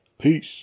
Peace